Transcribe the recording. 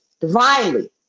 divinely